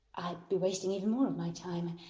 i'd be wasting even more of my time.